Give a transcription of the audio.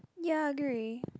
ya agree